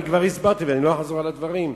אני כבר הסברתי, ואני לא אחזור על הדברים.